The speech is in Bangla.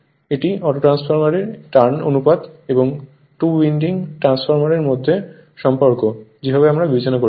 এটি অটোট্রান্সফরমার এর টার্ন এর অনুপাত এবং টু উইন্ডিং ট্রান্সফরমার অনুপাতের মধ্যে সম্পর্ক যেভাবে আমরা বিবেচনা করেছি